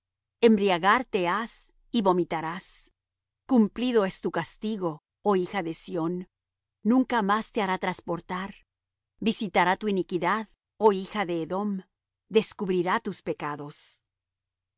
cáliz embriagarte has y vomitarás cumplido es tu castigo oh hija de sión nunca más te hará trasportar visitará tu iniquidad oh hija de edom descubrirá tus pecados